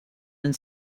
and